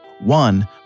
One